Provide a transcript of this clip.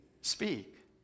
speak